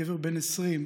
גבר בן 20,